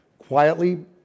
Quietly